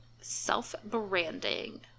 Self-branding